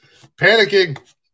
Panicking